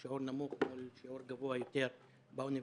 אבל שיעור גבוה יותר באוניברסיטאות,